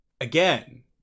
again